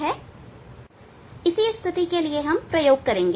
दर्पण की इसी स्थिति के लिए हम प्रयोग करेंगे